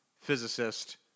physicist